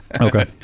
okay